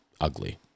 ugly